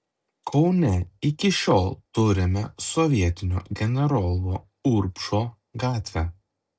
kaune iki šiol turime sovietinio generolo urbšo gatvę